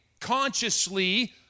consciously